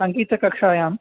सङ्गीतकक्षायां